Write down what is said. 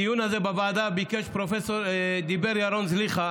בדיון הזה בוועדה דיבר ירון זליכה,